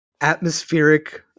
atmospheric